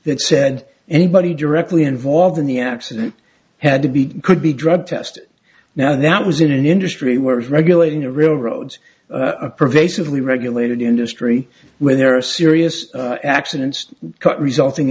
that said anybody directly involved in the accident had to be could be drug tested now that was in an industry where regulating the railroads a pervasively regulated industry where there are serious accidents cut resulting